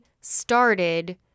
started